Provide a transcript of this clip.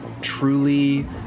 truly